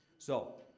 so,